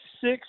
six